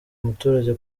umuturage